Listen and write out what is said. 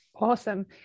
awesome